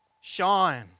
shine